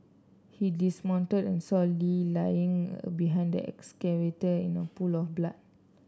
he dismounted and saw Lee lying behind the excavator in a pool of blood